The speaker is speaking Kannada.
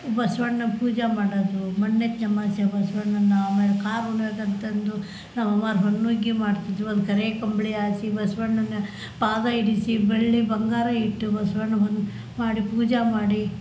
ಬಸವಣ್ಣ ಪೂಜೆ ಮಾಡೋದು ಮಣ್ಣೆಚ್ಚಿ ಅಮ್ವಾಸೆ ಬಸವಣ್ಣನ್ನ ಆಮೇಲೆ ಕಾರ ಹುಣ್ಮೆಅಂತಂದು ನಮ್ಮಮ್ಮ ಹೊನ್ನುಗ್ಗಿ ಮಾಡ್ತಿದ್ದರು ಒಂದು ಕರಿ ಕಂಬಳಿ ಹಾಸಿ ಬಸವಣ್ಣನ್ನ ಪಾದ ಇಡಿಸಿ ಬೆಳ್ಳಿ ಬಂಗಾರ ಇಟ್ಟು ಬಸ್ವಣ್ಣನ್ನ ಮುಂದೆ ಮಾಡಿ ಪೂಜೆ ಮಾಡಿ